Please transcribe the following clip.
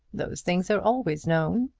those things are always known.